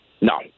No